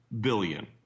billion